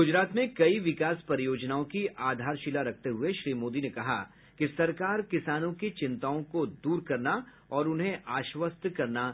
गुजरात में कई विकास परियोजनाओं की आधारशिला रखते हुए श्री मोदी ने कहा कि सरकार किसानों की चिंताओं को दूर करना और उन्हें आश्वस्त करना